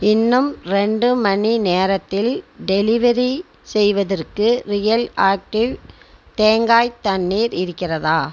இன்னும் ரெண்டு மணி நேரத்தில் டெலிவெரி செய்வதற்கு ரியல் ஆக்டிவ் தேங்காய் தண்ணீர் இருக்கிறதா